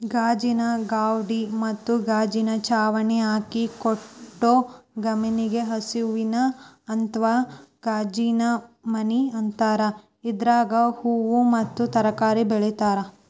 ಗಾಜಿನ ಗ್ವಾಡಿ ಮತ್ತ ಗಾಜಿನ ಚಾವಣಿ ಹಾಕಿ ಕಟ್ಟೋ ಮನಿಗೆ ಹಸಿರುಮನಿ ಅತ್ವಾ ಗಾಜಿನಮನಿ ಅಂತಾರ, ಇದ್ರಾಗ ಹೂವು ಮತ್ತ ತರಕಾರಿ ಬೆಳೇತಾರ